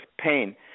Pain